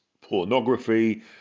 pornography